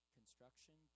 construction